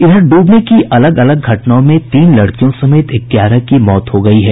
प्रदेश में ड्रबने की अलग अलग घटनाओं में तीन लड़कियों समेत ग्यारह की मौत हो गयी है